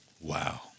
wow